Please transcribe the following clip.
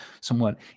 somewhat